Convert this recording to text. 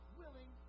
willing